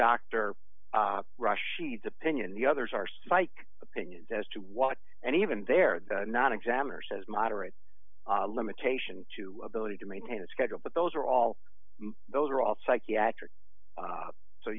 doctor rushing needs opinion the others are psych opinions as to what and even there not examiner says moderate limitation to ability to maintain a schedule but those are all those are all psychiatric